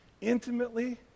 intimately